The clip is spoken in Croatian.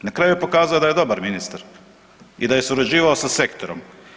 Na kraju je pokazao da je dobar ministar i da je surađivao sa sektorom.